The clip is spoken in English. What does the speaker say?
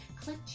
click